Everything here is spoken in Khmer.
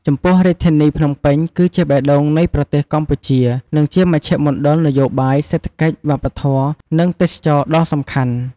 ចំពោះរាជធានីភ្នំពេញ គឺជាបេះដូងនៃប្រទេសកម្ពុជា និងជាមជ្ឈមណ្ឌលនយោបាយ សេដ្ឋកិច្ច វប្បធម៌ និងទេសចរណ៍ដ៏សំខាន់។